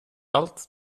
allt